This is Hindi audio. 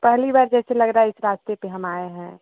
पहेली बार जैसे लग रहा है इस रास्ते पर हम आए हैं